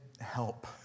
help